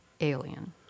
alien